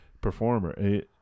performer